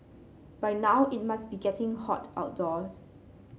by now it must be getting hot outdoors